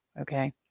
Okay